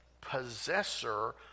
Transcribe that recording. possessor